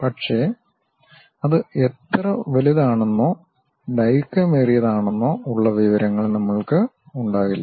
പക്ഷേ അത് എത്ര വലുതാണെന്നോ ദൈർഘ്യമേറിയതാണെന്നോ ഉള്ള വിവരങ്ങൾ നമ്മൾക്ക് ഉണ്ടാകില്ല